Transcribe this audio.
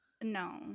No